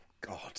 God